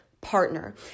partner